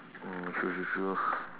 oh true true true